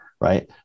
right